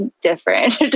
different